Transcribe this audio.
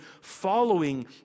following